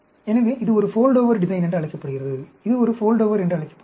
எனவே இது ஒரு ஃபோல்டோவர் டிசைன் என்று அழைக்கப்படுகிறது இது ஒரு ஃபோல்டோவர் என்று அழைக்கப்படுகிறது